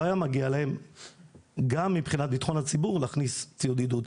היה מגיע להם גם מבחינת ביטחון הציבור להכניס ציוד עידוד.